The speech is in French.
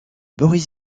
boris